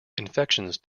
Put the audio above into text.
infections